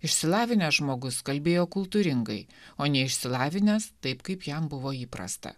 išsilavinęs žmogus kalbėjo kultūringai o neišsilavinęs taip kaip jam buvo įprasta